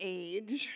age